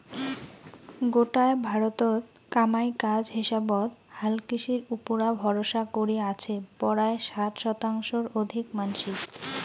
গোটায় ভারতত কামাই কাজ হিসাবত হালকৃষির উপুরা ভরসা করি আছে পরায় ষাট শতাংশর অধিক মানষি